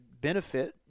benefit